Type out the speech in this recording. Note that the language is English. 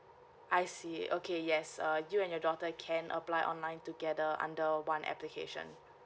I see okay yes uh you and your daughter can apply online together under one application